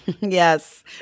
Yes